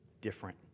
different